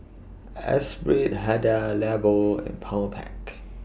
Esprit Hada Labo and Powerpac